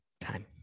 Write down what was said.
time